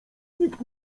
nikt